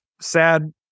sad